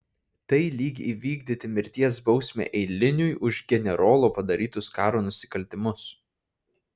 tai lyg įvykdyti mirties bausmę eiliniui už generolo padarytus karo nusikaltimus